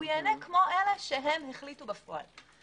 הוא ייהנה כמו אלה שהחליטו בפועל.